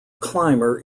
clymer